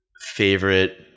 favorite